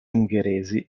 ungheresi